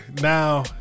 Now